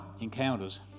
Encounters